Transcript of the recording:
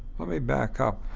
let me back up.